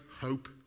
hope